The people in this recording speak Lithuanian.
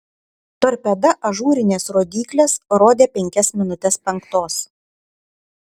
torpeda ažūrinės rodyklės rodė penkias minutes penktos